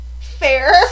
Fair